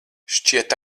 šķiet